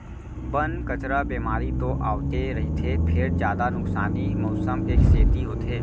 बन, कचरा, बेमारी तो आवते रहिथे फेर जादा नुकसानी मउसम के सेती होथे